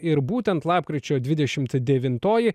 ir būtent lapkričio devintoji